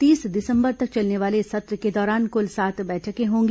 तीस दिसंबर तक चलने वाले इस सत्र के दौरान कल सात बैठकें होंगी